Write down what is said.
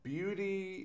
beauty